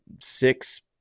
six